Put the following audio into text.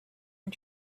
and